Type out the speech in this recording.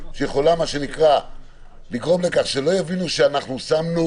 שיכולה לגרום לכך שלא יבינו ששמנו